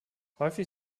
häufig